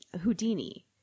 Houdini